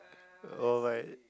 oh right